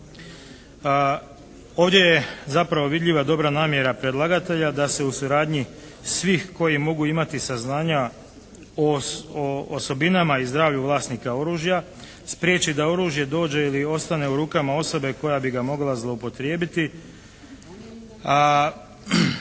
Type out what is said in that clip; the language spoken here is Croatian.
Ovdje je zapravo vidljiva dobra namjera predlagatelja da se u suradnji svih koji mogu imati saznanja o osobinama i zdravlju vlasnika oružja spriječi da oružje dođe ili ostane u rukama osobe koja bi ga mogla zloupotrijebiti.